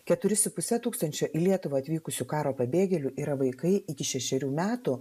keturi su puse tūkstančio į lietuvą atvykusių karo pabėgėlių yra vaikai iki šešerių metų